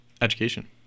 education